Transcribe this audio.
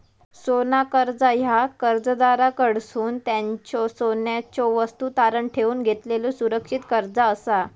सोना कर्जा ह्या कर्जदाराकडसून त्यांच्यो सोन्याच्यो वस्तू तारण ठेवून घेतलेलो सुरक्षित कर्जा असा